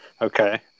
Okay